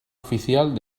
oficial